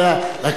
רק אני אומר,